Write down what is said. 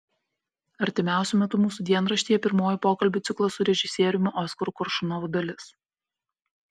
artimiausiu metu mūsų dienraštyje pirmoji pokalbių ciklo su režisieriumi oskaru koršunovu dalis